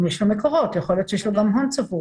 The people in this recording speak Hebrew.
אם יש לו מקורות, יכול להיות שיש לו גם הון צבור.